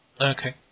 Okay